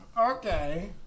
okay